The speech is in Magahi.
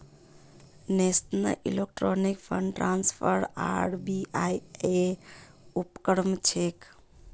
national electronic fund transfer RBI ऐर उपक्रम छेक